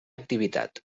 activitat